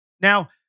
Now